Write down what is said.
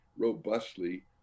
robustly